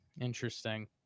Interesting